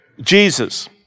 Jesus